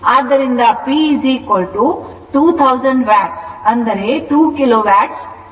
ಆದ್ದರಿಂದ P 2000 watt ಅಂದರೆ 2 kilowatt ಆಗುತ್ತದೆ